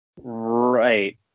Right